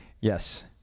Yes